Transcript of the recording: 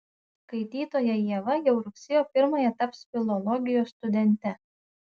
skaitytoja ieva jau rugsėjo pirmąją taps filologijos studente